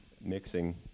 mixing